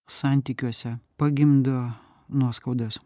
santykiuose pagimdo nuoskaudos